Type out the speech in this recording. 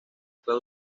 fue